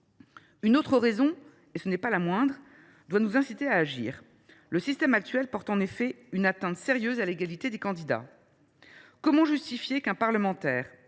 Une autre raison, et ce n’est pas la moindre, doit nous inciter à agir : le système actuel porte en effet une atteinte sérieuse à l’égalité des candidats. Comment justifier qu’un parlementaire